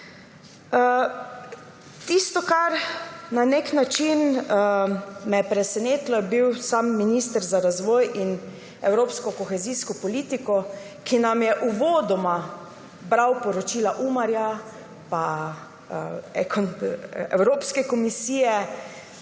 Tisto, kar me je presenetilo, je bil minister za razvoj in evropsko kohezijsko politiko, ki nam je uvodoma bral poročila Umarja pa Evropske komisije.